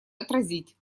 отразить